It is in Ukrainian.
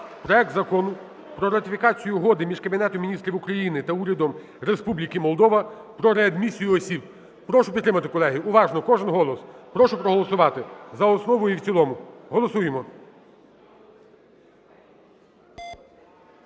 проект Закону про ратифікацію Угоди між Кабінетом Міністрів України та Урядом Республіки Молдова про реадмісію осіб. Прошу підтримати, колеги, уважно кожен голос. Прошу проголосувати за основу і в цілому. Голосуємо.